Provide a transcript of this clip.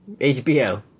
HBO